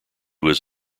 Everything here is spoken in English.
was